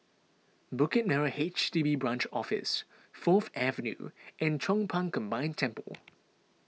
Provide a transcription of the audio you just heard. Bukit Merah H D B Branch Office Fourth Avenue and Chong Pang Combined Temple